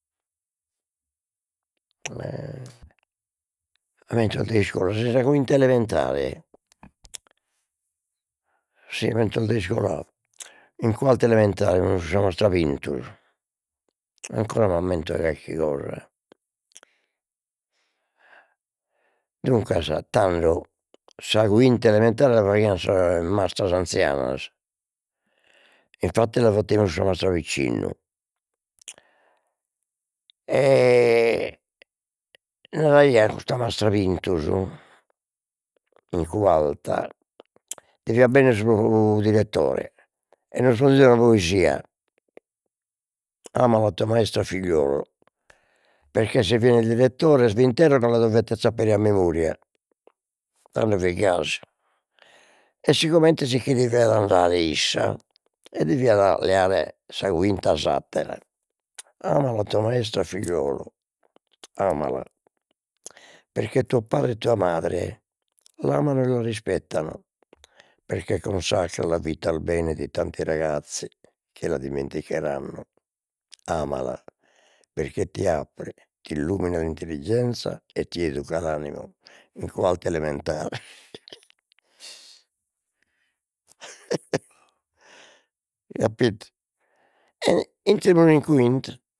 ammentos de iscola, si sa quinta elementare de iscola in quarta elementare fimus cun sa mastra Pintus, ancora m'ammento 'e carchi cosa, duncas tando sa quinta elementare la faghian sas mastras anzianas, infattis la fattemus cun sa mastra Piccinnu li naraian a custa mastra Pintus in quarta, deviat benner su direttore e nos ponzeit una poesia: ama la tua maestra figliolo perché se viene il direttore vi interroga e la dovete sapere a memoria e si comente sicche deviat andare issa e deviat leare sa quinta s'attera, ama la tua maestra figliolo, amala perché tuo padre e tua madre l'amano e la rispettano perché consacra la vita al bene di tanti ragazzi che la dimenticheranno, amala perché ti apre, t'illumina l'intelligenza e ti educa l'anima in quarta elementare capito. Intremus in quinta